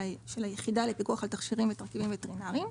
היחידה לפיקוח על תכשירים ותרכיבים וטרינריים.